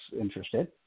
interested